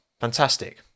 Fantastic